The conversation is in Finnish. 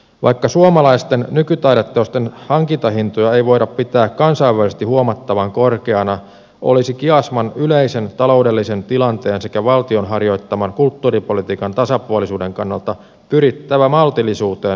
vaikka suomalaisten nykytaideteosten hankintahintoja ei voida pitää kansainvälisesti huomattavan korkeina olisi kiasman yleisen taloudellisen tilanteen sekä valtion harjoittaman kulttuuripolitiikan tasapuolisuuden kannalta pyrittävä maltillisuuteen nykytaidehankinnoissa